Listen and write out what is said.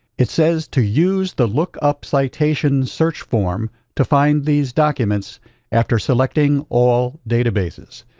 it says to use the look up citation search form to find these documents after selecting all databases.